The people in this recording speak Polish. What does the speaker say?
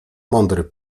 mądry